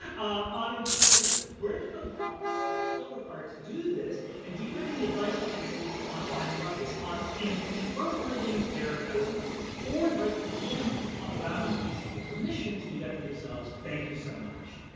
and ah honored your character. where did you build the confidence skill required to do this, and do you have any advice for pcs on, oh, i love this, on interpreting their dice rolls or advice for dms on allowing their pcs the permission to do that for themselves. thank you so much.